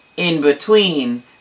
in-between